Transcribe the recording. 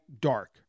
dark